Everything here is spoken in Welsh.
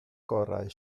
gorau